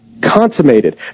consummated